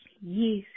Yes